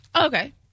okay